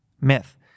myth